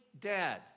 dead